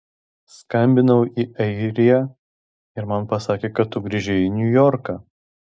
skambinau į airiją ir man pasakė kad tu grįžai į niujorką